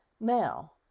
Now